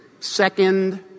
second